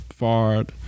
Fard